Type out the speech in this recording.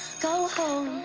go home